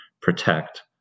protect